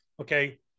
Okay